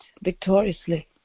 victoriously